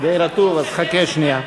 די רטוב, אז חכה שנייה.